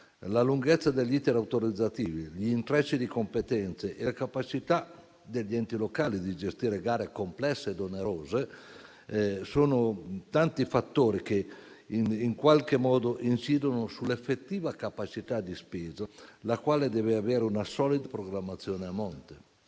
La lunghezza degli *iter* autorizzativi, gli intrecci di competenze e la capacità degli enti locali di gestire gare complesse e onerose sono tanti fattori che in qualche modo incidono sull'effettiva capacità di spesa, la quale deve avere una solida programmazione a monte.